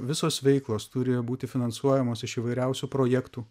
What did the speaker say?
visos veiklos turi būti finansuojamos iš įvairiausių projektų